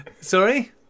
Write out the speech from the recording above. Sorry